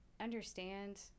understand